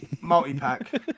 Multi-pack